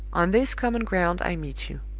on this common ground i meet you.